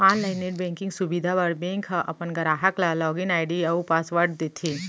online net banking सुबिधा बर bank ह अपन गराहक ल लॉगिन आईडी अउ पासवर्ड देथे